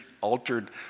altered